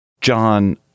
John